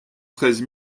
treize